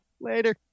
later